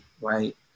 right